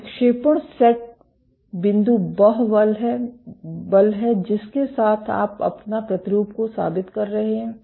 तो विक्षेपण सेट बिंदु वह बल है जिसके साथ आप अपना प्रतिरूप को साबित कर रहे हैं